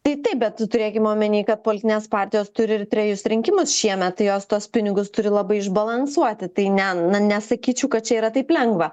tai taip bet turėkim omeny kad politinės partijos turi ir trejus rinkimus šiemet jos tuos pinigus turi labai išbalansuoti tai ne na nesakyčiau kad čia yra taip lengva